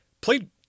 played